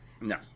No